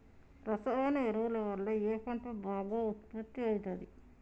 రసాయన ఎరువుల వల్ల ఏ పంట బాగా ఉత్పత్తి అయితది?